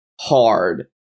hard